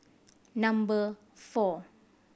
number four